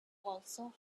also